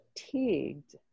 fatigued